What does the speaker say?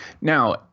Now